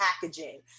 packaging